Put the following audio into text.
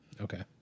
Okay